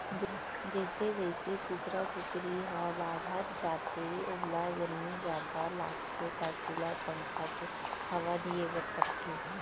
जइसे जइसे कुकरा कुकरी ह बाढ़त जाथे ओला गरमी जादा लागथे त कूलर, पंखा के हवा दिये बर परथे